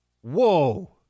Whoa